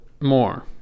more